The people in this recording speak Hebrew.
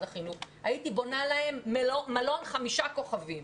החינוך הייתי בונה להם מלון חמישה כוכבים.